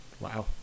Wow